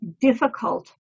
difficult